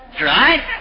Right